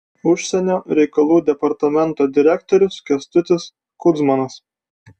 užsienio reikalų departamento direktorius kęstutis kudzmanas